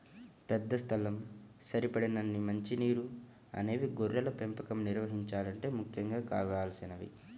పెద్ద స్థలం, సరిపడినన్ని మంచి నీరు అనేవి గొర్రెల పెంపకం నిర్వహించాలంటే ముఖ్యంగా కావలసినవి